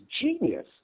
genius